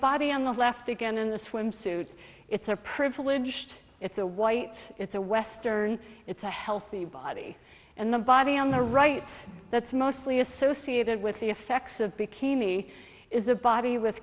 body on the left again in the swimsuit it's a privileged it's a white it's a western it's a healthy body and the body on the right that's mostly associated with the effects of bikini is a body with